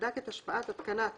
בדק את השפעת התקנת